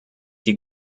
die